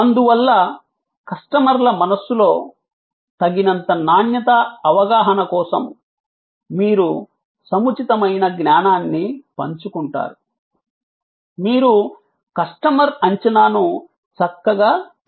అందువల్ల కస్టమర్ల మనస్సులో తగినంత నాణ్యత అవగాహన కోసం మీరు సముచితమైన జ్ఞానాన్ని పంచుకుంటారు మీరు కస్టమర్ అంచనాను చక్కగా రూపొందిస్తారు